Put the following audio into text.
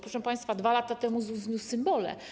Proszę państwa, 2 lata temu ZUS zniósł symbole.